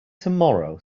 tomorrow